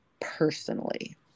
personally